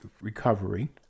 recovery